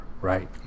right